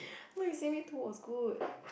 no you see me two was good